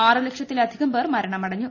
ആറ് ലക്ഷത്ത്രീലധികം പേർ മരണമടഞ്ഞു